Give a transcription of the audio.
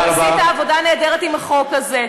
ועשית עבודה נהדרת עם החוק הזה.